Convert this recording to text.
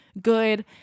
good